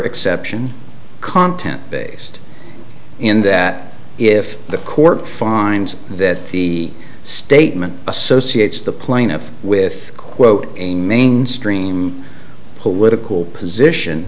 exception content based in that if the court finds that the statement associates the plaintiff with quote a mainstream political position